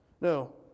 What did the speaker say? No